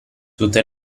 tutte